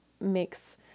makes